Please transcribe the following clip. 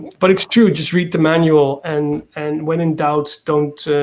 but it's true, just read the manual and and when in doubt don't